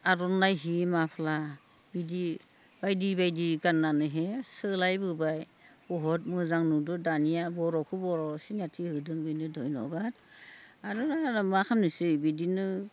आर'नाइ हि माफ्ला बिदि बायदि बायदि गाननानैहैनो सोलायबोबाय बहुत मोजां नुदो दानिया बर'खौ बर' सिनायथि होदों बेनो धन्यबाद आरो मा खालामनोसै बिदिनो